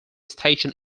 station